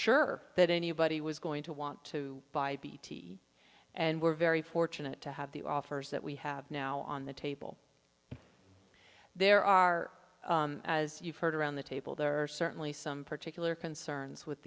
sure that anybody was going to want to buy and we're very fortunate to have the offers that we have now on the table there are as you've heard around the table there are certainly some particular concerns with